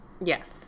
Yes